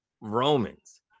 Romans